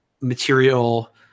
material